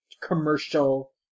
commercial